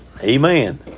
Amen